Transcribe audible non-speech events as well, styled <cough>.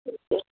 <unintelligible>